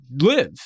live